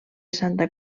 santa